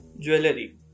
Jewelry